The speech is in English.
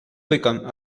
become